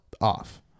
off